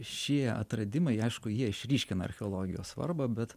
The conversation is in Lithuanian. šie atradimai aišku jie išryškina archeologijos svarbą bet